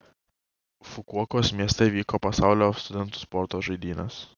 fukuokos mieste vyko pasaulio studentų sporto žaidynės